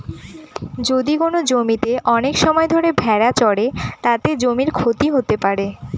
যদি কোনো জমিতে অনেক সময় ধরে ভেড়া চড়ে, তাতে জমির ক্ষতি হতে পারে